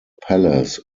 palace